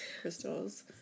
crystals